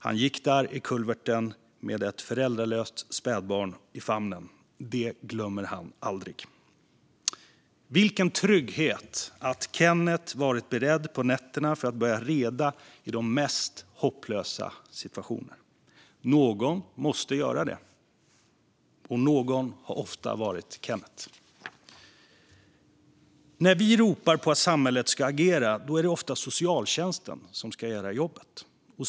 Han gick där i kulverten med ett föräldralöst spädbarn i famnen. Det glömmer han aldrig. Vilken trygghet att Kennet varit beredd på nätterna att börja reda i de mest hopplösa situationer. Någon måste göra det, och någon har ofta varit Kennet. När vi ropar på att samhället ska agera, då är det ofta socialtjänsten som ska göra jobbet.